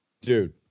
Dude